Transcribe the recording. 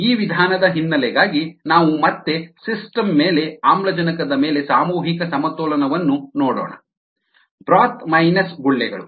ಈ ವಿಧಾನದ ಹಿನ್ನೆಲೆಗಾಗಿ ನಾವು ಮತ್ತೆ ಸಿಸ್ಟಮ್ ಮೇಲೆ ಆಮ್ಲಜನಕದ ಮೇಲೆ ಸಾಮೂಹಿಕ ಸಮತೋಲನವನ್ನು ನೋಡೋಣ ಬ್ರೋತ್ ಮೈನಸ್ ಗುಳ್ಳೆಗಳು